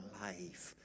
life